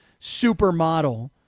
supermodel